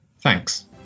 Thanks